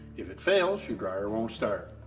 if it fails, your dryer won't start.